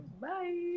Bye